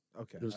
Okay